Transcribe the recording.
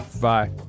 Bye